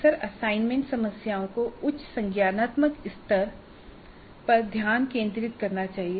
अक्सर असाइनमेंट समस्याओं को उच्च संज्ञानात्मक स्तरों पर ध्यान केंद्रित करना चाहिए